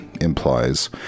implies